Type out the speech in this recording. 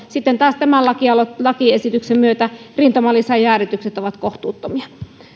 sitten taas tämän lakiesityksen myötä rintamalisäjäädytykset ovat kohtuuttomia